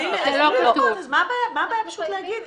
אז מה הבעיה פשוט להגיד?